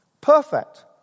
Perfect